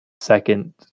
second